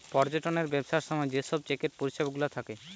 পর্যটনের ব্যবসার সময় যে সব চেকের পরিষেবা গুলা থাকে